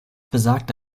besagt